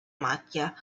macchia